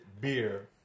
Beer